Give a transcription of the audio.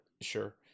Sure